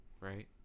right